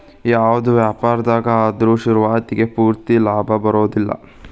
ಯಾವ್ದ ವ್ಯಾಪಾರ್ದಾಗ ಆದ್ರು ಶುರುವಾತಿಗೆ ಪೂರ್ತಿ ಲಾಭಾ ಬರೊದಿಲ್ಲಾ